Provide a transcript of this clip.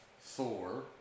Thor